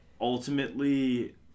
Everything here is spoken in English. ultimately